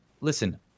listen